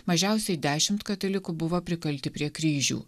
mažiausiai dešimt katalikų buvo prikalti prie kryžių